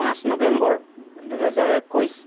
পাঁচ নৱেম্বৰ দুহেজাৰ একৈছ